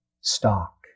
stock